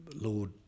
Lord